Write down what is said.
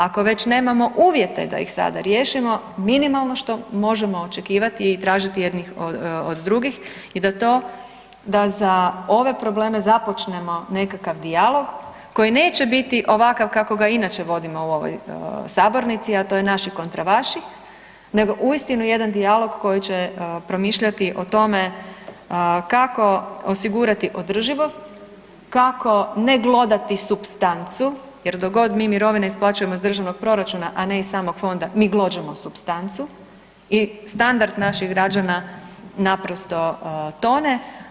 Ako već nemamo uvjete da ih sada riješimo, minimalno što možemo očekivati i tražiti jedni od drugih je da to da za ove probleme započnemo nekakav dijalog koji neće biti ovakav kakvog ga inače vodimo u ovoj sabornici, a to je naši kontra vaših, nego uistinu jedan dijalog koji će promišljati o tome kako osigurati održivost, kako ne glodati supstancu jer dok god mi mirovine isplaćujemo iz državnog proračuna, a ne iz samog fonda mi glođemo supstancu i standard naših građana naprosto tone.